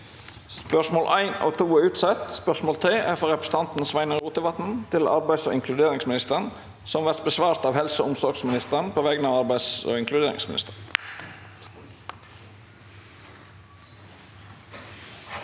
statsråden er bortreist. Spørsmål 3, frå representanten Sveinung Rotevatn til arbeids- og inkluderingsministeren, vil verta svara på av helse- og omsorgsministeren på vegner av arbeids- og inkluderingsministeren.